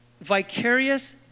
vicarious